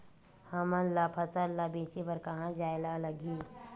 हमन ला फसल ला बेचे बर कहां जाये ला लगही?